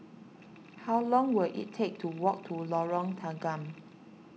how long will it take to walk to Lorong Tanggam